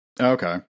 Okay